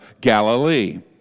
Galilee